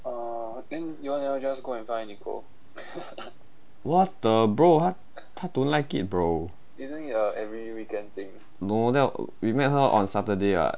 what the bro 他他 don't like it bro no that we met her on saturday [what]